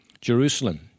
Jerusalem